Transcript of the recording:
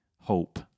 hope